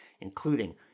including